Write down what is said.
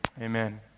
Amen